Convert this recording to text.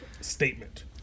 statement